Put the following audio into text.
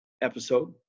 episode